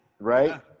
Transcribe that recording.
right